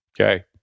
okay